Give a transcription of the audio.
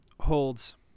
holds